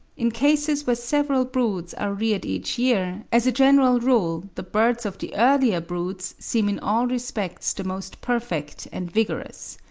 in cases where several broods are reared each year, as a general rule the birds of the earlier broods seem in all respects the most perfect and vigorous.